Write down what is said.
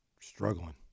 struggling